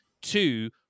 Two